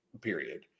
period